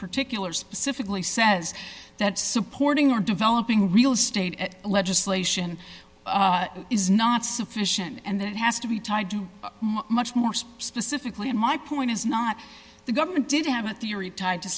particular specifically says that supporting or developing real state legislation is not sufficient and it has to be tied to much more specifically in my point is not the government did have a theory t